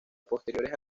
posteriores